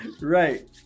Right